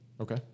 Okay